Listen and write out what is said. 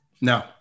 no